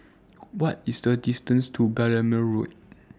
What IS The distance to Balmoral Road